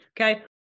okay